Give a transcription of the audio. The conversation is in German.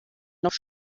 noch